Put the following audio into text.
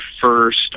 first